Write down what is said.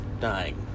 dying